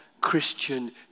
Christian